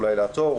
אולי לעצור,